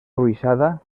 ruixada